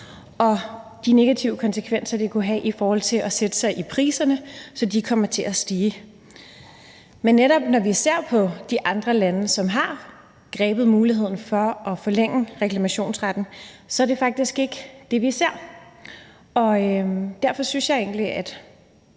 og de negative konsekvenser, det kan have i forhold til at sætte sig i priserne, så de kommer til at stige. Men når vi ser på de andre lande, som har grebet muligheden for at forlænge reklamationsretten, så er det faktisk ikke det, vi ser, og derfor synes jeg egentlig, at